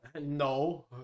No